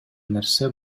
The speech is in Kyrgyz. нерсе